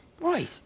Right